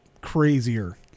crazier